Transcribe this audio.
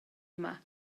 yma